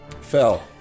Fell